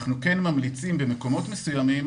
אנחנו כן ממליצים במקומות מסוימים